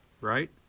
right